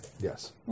Yes